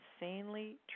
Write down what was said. insanely